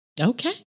Okay